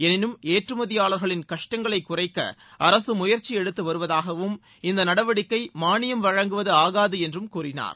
எனினும் ஏற்றுமதியாளர்களின் கஷ்டங்களைக் குறைக்க அரசு முயற்சி எடுத்து வருவதாகவும் இந்த நடவடிக்கை மானியம் வழங்குவது ஆகாது என்றும் கூறினார்